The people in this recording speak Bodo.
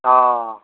औ